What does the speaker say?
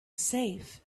safe